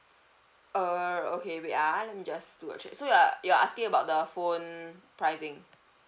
err okay wait ah let me just do a check so you're you're asking about the phone pricing